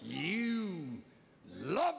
you love